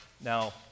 now